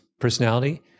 personality